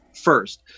first